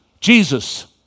Jesus